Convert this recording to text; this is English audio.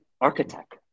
architect